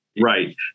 Right